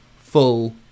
full